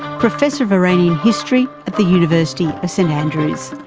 professor of iranian history at the university of st andrews,